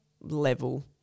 level